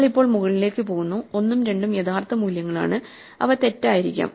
നമ്മൾ ഇപ്പോൾ മുകളിലേക്ക് പോകുന്നു 1 ഉം 2 ഉം യഥാർത്ഥ മൂല്യങ്ങളാണ് അവ തെറ്റായിരിക്കാം